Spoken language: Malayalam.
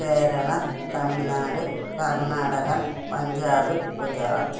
കേരളം തമിഴ്നാട് കർണാടക പഞ്ചാബ് ഗുജറാത്ത്